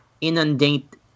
inundate